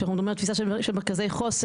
כשאנחנו מדברים על תפיסה של מרכזי חוסן.